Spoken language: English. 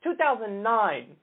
2009